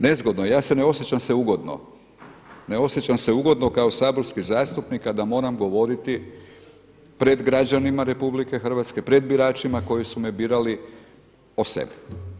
Nezgodno, ja se ne osjećam se ugodno, ne osjećam se ugodno kao saborski zastupnik a da moram govoriti pred građanima RH, pred biračima koji su me birali o sebi.